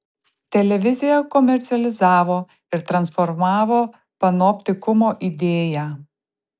televizija komercializavo ir transformavo panoptikumo idėją